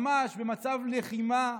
ממש במצב לחימה,